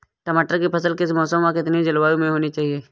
टमाटर की फसल किस मौसम व कितनी जलवायु में होनी चाहिए?